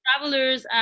travelers